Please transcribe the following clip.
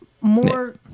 more